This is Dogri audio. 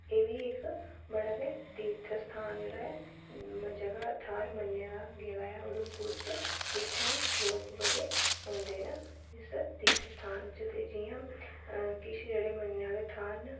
एह् बी इक बड़ा गै तीर्थ स्थान जेह्ड़ा ऐ जगह् थ्हार मन्नेआ गेदा ऐ उधमपुर च इत्थै लोक बड़े औंदे न इस तीर्थ स्थान च ते जि'यां किश जेह्ड़े मन्नने आह्ले थाहऱ न